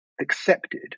accepted